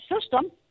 system